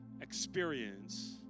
experience